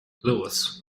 lewis